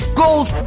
goals